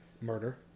murder